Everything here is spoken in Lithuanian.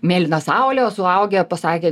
mėlyna saulė o suaugę pasakė